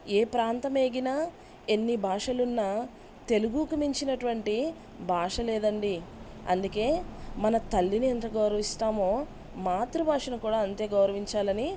ఏ ప్రాంతం ఏగినా ఎన్ని భాషలున్న తెలుగుకు మించిన అటువంటి భాష లేదండి అందుకే మన తల్లిని ఎంత గౌరవిస్తామో మాతృభాషను కూడా అంతే గౌరవించాలని